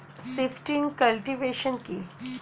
Shifting cultivation কি?